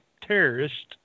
terrorists